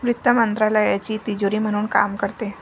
वित्त मंत्रालयाची तिजोरी म्हणून काम करते